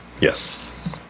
Yes